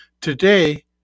Today